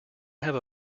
have